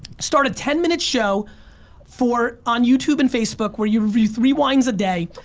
start a ten minute show for on youtube and facebook where you review three wines a day.